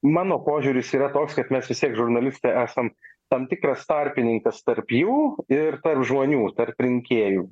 mano požiūris yra toks kad mes vis tiek žurnalistai esam tam tikras tarpininkas tarp jų ir tarp žmonių tarp rinkėjų